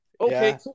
Okay